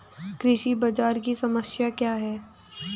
कृषि बाजार की समस्या क्या है?